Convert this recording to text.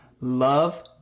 Love